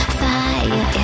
fire